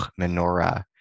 Menorah